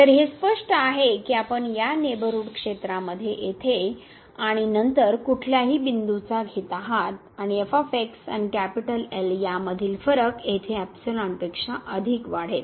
तर हे स्पष्ट आहे की आपण या नेबरहूड क्षेत्रामध्ये येथे आणि नंतर कुठल्याही बिंदूचा घेत आहात आणि आणि या मधील फरक येथे पेक्षा अधिक वाढेल